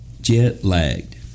Jet-lagged